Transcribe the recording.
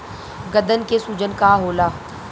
गदन के सूजन का होला?